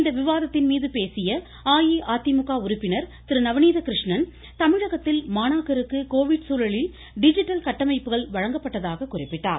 இந்த விவாதத்தின் மீது பேசிய அஇஅதிமுக உறுப்பினர் திரு நவநீத கிருஷ்ணன் தமிழகத்தில் மாணாக்கருக்கு கோவிட் சூழலில் டிஜிட்டல் கட்டமைப்புகள் வழங்கப்பட்டதாகக் குறிப்பிட்டார்